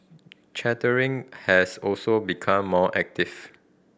chartering has also become more active